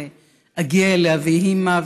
אני אגיע אליה ויהי מה.